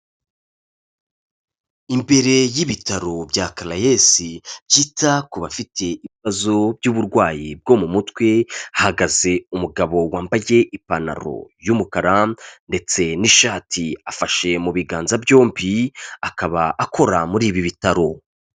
Imbere y'ibitaro bya Caraes byita ku bafite ibibazo by'uburwayi bwo mu mutwe, hagaze umugabo wambage ipantaro y'umukara ndetse n'ishati, afashe mu biganza byombi akaba akora muri ibi bitaro.